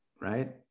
right